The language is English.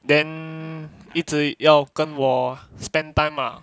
then 一直要跟我 spend time ah